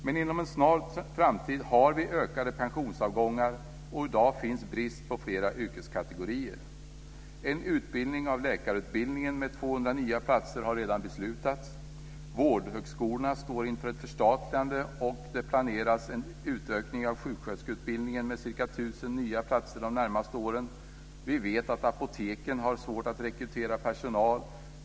Men inom en snar framtid har vi ökade pensionsavgångar, och i dag finns det brist på flera yrkeskategorier. En utökning av läkarutbildningen med 200 nya platser har redan beslutats. Vårdhögskolorna står inför ett förstatligande. Och det planeras en utökning av sjuksköterskeutbildningen med ca 1 000 nya platser under de närmaste åren. Vi vet att apoteken har svårt att rekrytera personal.